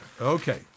Okay